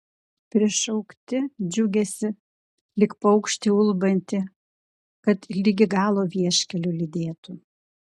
prišaukti džiugesį lyg paukštį ulbantį kad ligi galo vieškeliu lydėtų